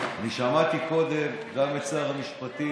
שמעתי קודם גם את שר המשפטים,